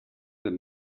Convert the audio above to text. del